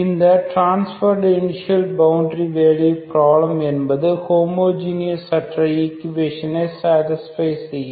இந்த transport initial boundary problem என்பது homogeneous அற்ற ஈக்குவேஷனை சேடிஸ்பை செய்யும்